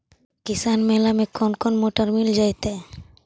किसान मेला में कोन कोन मोटर मिल जैतै?